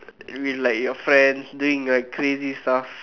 with like your friends doing like crazy stuff